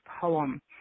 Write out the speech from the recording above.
poem